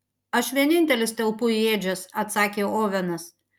aš vienintelis telpu į ėdžias atsakė ovenas